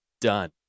done